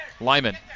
Lyman